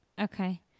Okay